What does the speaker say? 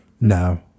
No